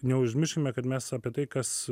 neužmirškime kad mes apie tai kas